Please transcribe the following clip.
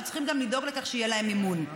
אנחנו צריכים גם לדאוג לכך שיהיה להם מימון.